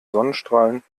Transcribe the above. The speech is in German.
sonnenstrahlen